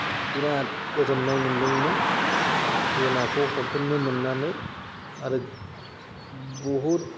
बिरात गोजोननाय मोन्दोंमोन बे नाखौ हमफिननो मोननानै आरो बहुत